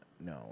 No